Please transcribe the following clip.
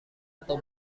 atau